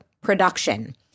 production